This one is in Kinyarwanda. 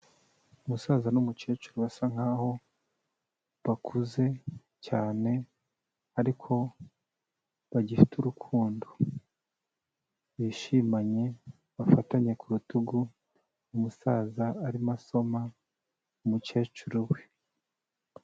Umusaza n'umukecuru basa nkaho bakuze cyane ariko bagifite urukundo, bishimanye, bafatanye ku rutugu, umusaza arimo asoma umukecuru we.